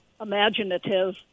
imaginative